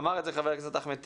אמר את זה חבר הכנסת אחמד טיבי,